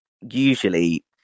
usually